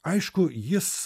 aišku jis